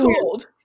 cold